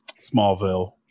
smallville